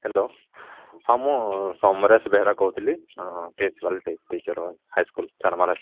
hello ହଁ ମୁଁ ସମରେସ ବେହେରା କହୁଥିଲି ପ୍ରିନ୍ସିପାଲ ଟିଚର ହାଇସ୍କୁଲ ଚାରମରା